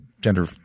gender